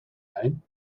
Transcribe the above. wijn